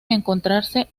encontrarse